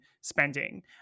spending